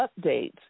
updates